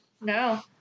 no